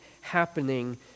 happening